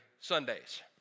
Sundays